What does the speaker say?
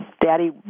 daddy